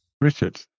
Richard